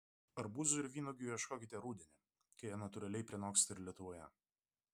arbūzų ir vynuogių ieškokite rudenį kai jie natūraliai prinoksta ir lietuvoje